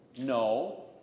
No